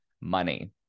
money